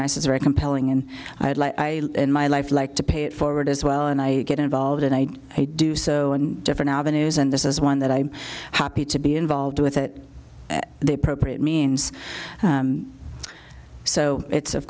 nice is very compelling and i in my life like to pay it forward as well and i get involved and i do so on different avenues and this is one that i'm happy to be involved with it the appropriate means so it's of